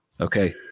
Okay